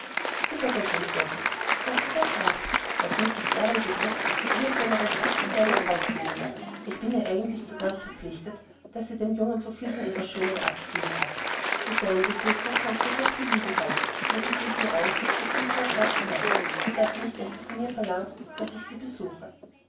sie vergöttern cedrik sagte der graf was mrs errol betrifft so wirst du eine recht hübsche kleine frau kennen lernen und ich bin ihr eigentlich zu dank verpflichtet daß sie dem jungen so viel von ihrer schönheit abgegeben hat mit deinen besuchen kannst du es nach belieben halten nur bitte ich mir aus daß sie ruhig in court lodge bleibt und daß du nicht etwa von mir verlangst daß ich sie besuche